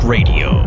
Radio